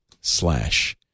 slash